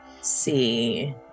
see